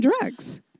drugs